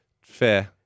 Fair